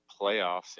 playoffs